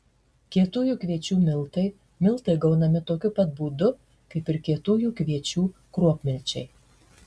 kietųjų kviečių miltai miltai gaunami tokiu pat būdu kaip ir kietųjų kviečių kruopmilčiai